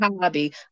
hobby